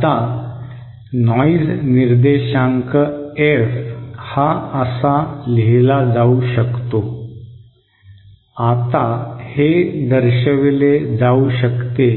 आता नॉइज निर्देशांक F हा असा लिहिला जाऊ शकतो आता हे दर्शविले जाऊ शकते